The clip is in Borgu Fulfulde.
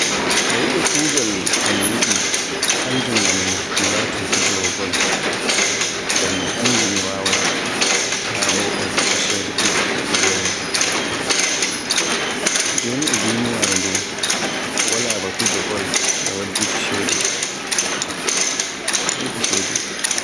Bae kugaal ko mi yiɗi kanjum woni mi laato fijowo bol, ngam mi anndi mi waawai. Raa bo un heɓaa ceede ɗuɗɗe joni. Joni e duniyaaru ndu wala ba fijo bol wadduki ceede, min mi yiɗi ceede.